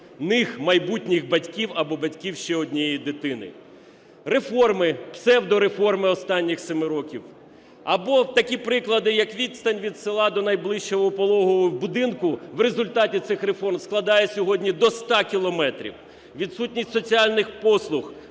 них – майбутніх батьків або батьків ще однієї дитини. Реформи, псевдореформи останніх семи років або такі приклади, як відстань від села до найближчого пологового будинку в результаті цих реформ складає сьогодні до 100 кілометрів. Відсутність соціальних послуг